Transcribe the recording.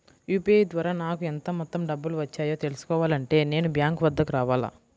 UPI ద్వారా నాకు ఎంత మొత్తం డబ్బులు వచ్చాయో తెలుసుకోవాలి అంటే నేను బ్యాంక్ వద్దకు రావాలా?